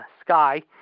sky